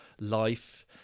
life